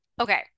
Okay